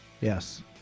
yes